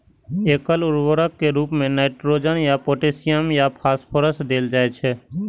एकल उर्वरक के रूप मे नाइट्रोजन या पोटेशियम या फास्फोरस देल जाइ छै